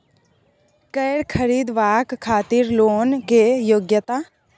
कैर खरीदवाक खातिर लोन के योग्यता?